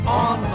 on